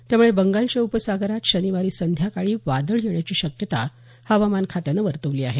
त्यामुळे बंगालच्या उपसागरात शनिवारी संध्याकाळी वादळ येण्याची शक्यता हवामान खात्यानं वर्तवली आहे